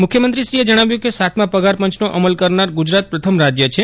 મુખ્યમંત્રીશ્રીએ જણાવ્યું કે સાતમા પગારપંચનો અમલ કરનાર ગુજરાત પ્રથમ રાજ્ય છે